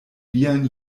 vian